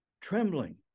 trembling